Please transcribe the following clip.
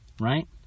right